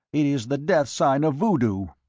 it is the death-sign of voodoo!